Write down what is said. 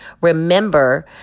remember